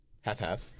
Half-half